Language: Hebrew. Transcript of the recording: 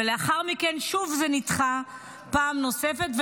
ולאחר מכן זה נדחה שוב, פעם נוספת.